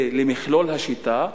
למכלול השיטה,